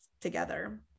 together